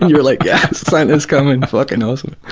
you're like yes! santa's coming. fucking awesome.